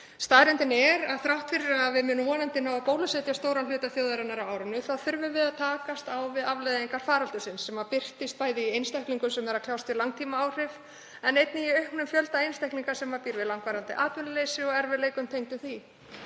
Staðreyndin er að þrátt fyrir að við munum vonandi ná að bólusetja stóran hluta þjóðarinnar á árinu þurfum við að takast á við afleiðingar faraldursins sem birtist bæði í einstaklingum sem kljást við langtímaáhrif en einnig í auknum fjölda fólks sem býr við langvarandi atvinnuleysi og erfiðleika tengda því.